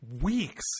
weeks